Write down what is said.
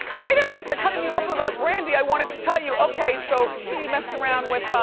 wait a minute, they're cutting me off about brandi. i wanted to tell you. okay, so she messed around with